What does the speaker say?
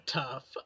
tough